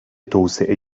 توسعه